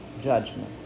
judgment